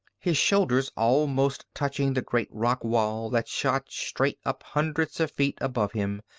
his shoulders almost touching the great rock wall that shot straight up hundreds of feet above him,